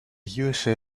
usa